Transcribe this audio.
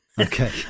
Okay